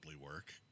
work